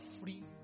free